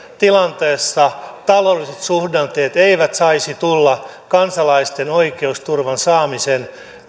tilanteessa taloudelliset suhdanteet eivät saisi tulla kansalaisten oikeusturvan saamisen